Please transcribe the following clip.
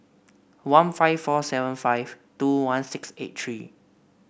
one five four seven five two one six eight three